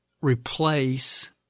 replace